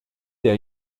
der